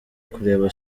kureba